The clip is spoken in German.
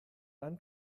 dann